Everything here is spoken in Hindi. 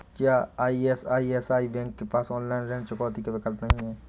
क्या आई.सी.आई.सी.आई बैंक के पास ऑनलाइन ऋण चुकौती का विकल्प नहीं है?